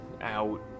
out